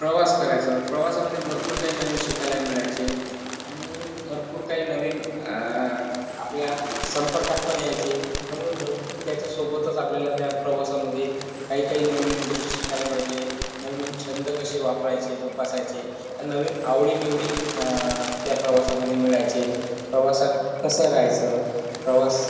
प्रवास करायचो प्रवासामध्ये भरपूर काही नवीन शिकायला मिळाचे आणि भरपूर काही नवीन आपल्या संपर्कास पण यायचे त्यामुळे भरपूर त्याच्यासोबतच आपल्याला त्या प्रवासामध्ये काही काही नवीन नवीन गोष्टी शिकायला मिळाचे नवीन नवीन छंद कसे वापरायचे जोपासायचे अ नवीन आवडीनिवडी त्या प्रवासामध्ये मिळायचे प्रवासात कसं राहायचं प्रवास